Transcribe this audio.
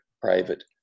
private